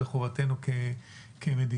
זו חובתנו כמדינה.